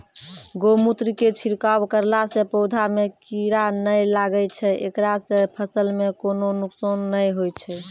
गोमुत्र के छिड़काव करला से पौधा मे कीड़ा नैय लागै छै ऐकरा से फसल मे कोनो नुकसान नैय होय छै?